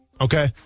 Okay